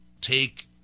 take –